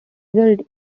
result